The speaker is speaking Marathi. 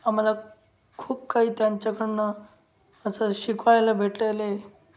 आम्हाला खूप काही त्यांच्याकडनं असं शिकवायला भेटयले